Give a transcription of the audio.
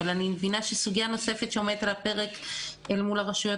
אבל אני מבינה שסוגיה נוספת שעומדת על הפרק אל מול הרשויות